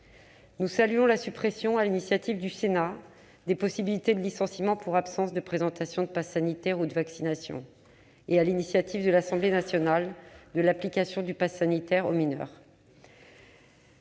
Nous saluons la suppression, sur l'initiative du Sénat, des possibilités de licenciement pour absence de présentation du passe sanitaire ou d'une vaccination et, sur l'initiative de l'Assemblée nationale, de l'application du passe sanitaire aux mineurs.